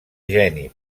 geni